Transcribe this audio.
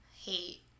hate